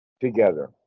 together